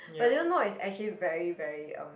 but do you know it's actually very very um